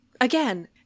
again